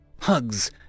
Hugs